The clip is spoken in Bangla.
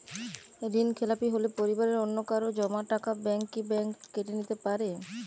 ঋণখেলাপি হলে পরিবারের অন্যকারো জমা টাকা ব্যাঙ্ক কি ব্যাঙ্ক কেটে নিতে পারে?